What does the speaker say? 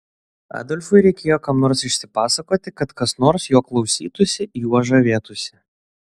adolfui reikėjo kam nors išsipasakoti kad kas nors jo klausytųsi juo žavėtųsi